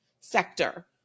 sector